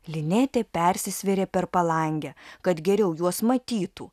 linetė persisvėrė per palangę kad geriau juos matytų